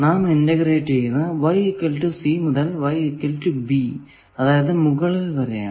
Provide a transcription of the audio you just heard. നാം ഇന്റഗ്രേറ്റ് ചെയ്യുന്നത് മുതൽ അതായതു മുകളിൽ വരെ ആണ്